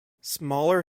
smaller